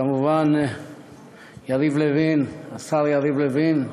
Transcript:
כמובן יריב לוין, השר יריב לוין,